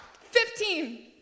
Fifteen